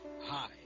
Hi